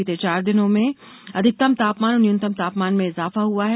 बीते चार दिनों में अधिकतम तापमान और न्यूनतम तापमान में इजाफा हुआ है